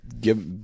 give